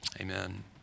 Amen